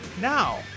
Now